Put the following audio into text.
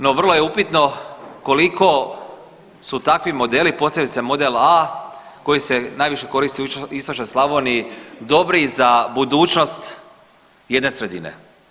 No vrlo je upitno koliko su takvi modeli posebice model A koji se najviše koristi u istočnoj Slavoniji dobri za budućnost jedne sredine.